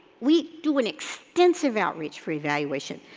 we do an extensive outreach for evaluation.